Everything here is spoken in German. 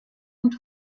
und